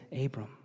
Abram